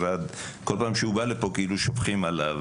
כל פעם כשהמשרד בא לפה שופכים עליו